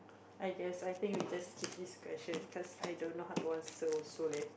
I guess I think we just skip this question cause i don't know how to answer also leh